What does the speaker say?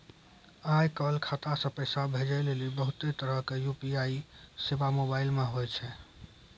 आय काल खाता से पैसा भेजै लेली बहुते तरहो के यू.पी.आई सेबा मोबाइल मे होय छै